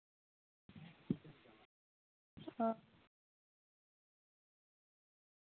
ᱚ